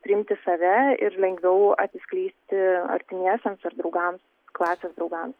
priimti save ir lengviau atsiskleisti artimiesiems ar draugams klasės draugams